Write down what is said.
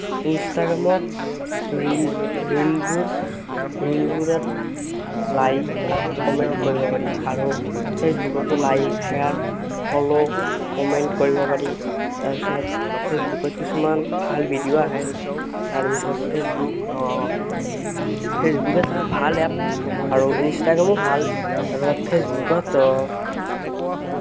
ইনষ্টাগ্ৰামত ৰিল ৰিলবোৰ ৰিলবোৰত লাইক আৰু কমেণ্ট কৰিব পাৰি আৰু ফেচবুকতো লাইক ছেয়াৰ ফ'ল' কমেণ্ট কৰিব পাৰি তাৰপিছত ফেচবুকত কিছুমান ভাল ভিডিঅ' আহে তাৰপিছত ফেচবুক ফেচবুক এটা ভাল এপ আৰু ইনষ্টাগ্ৰামো ভাল আৰু ফেচবুকত